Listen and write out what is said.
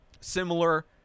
Similar